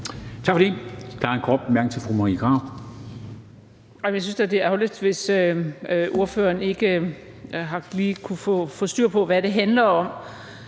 Tak for